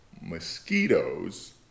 Mosquitoes